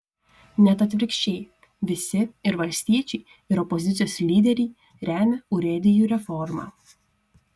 net atvirkščiai visi ir valstiečiai ir opozicijos lyderiai remia urėdijų reformą